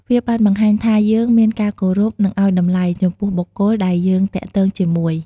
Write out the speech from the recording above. វាបានបង្ហាញថាយើងមានការគោរព និងអោយតម្លៃ ចំពោះបុគ្គលដែលយើងទាក់ទងជាមួយ។